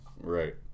Right